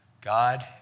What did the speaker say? God